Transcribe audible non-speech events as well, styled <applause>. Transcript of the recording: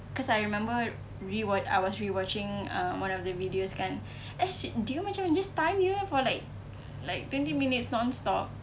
cause I remember rewa~ I was rewatching uh one of the videos kan as it dia macam just tanya for like <noise> like twenty minutes non stop